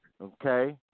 okay